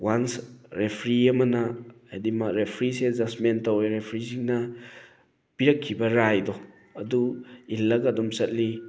ꯋꯥꯟꯁ referee ꯑꯃꯅ ꯍꯥꯏꯗꯤ ꯔꯦꯐ꯭ꯔꯤꯁꯦ ꯖꯁꯃꯦꯟ ꯇꯧꯔꯦ ꯔꯦꯐ꯭ꯔꯤꯁꯤꯡꯅ ꯄꯤꯔꯛꯈꯤꯕ ꯔꯥꯏꯗꯣ ꯑꯗꯨ ꯏꯜꯂꯒ ꯑꯗꯨꯝ ꯆꯠꯂꯤ